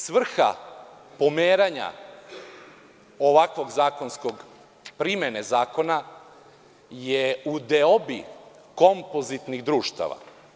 Svrha pomeranja ovakvog zakonskog, primene zakona je u deobi kompozitnih društava.